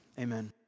Amen